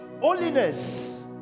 Holiness